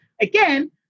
Again